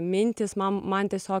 mintys man man tiesiog